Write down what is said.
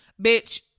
Bitch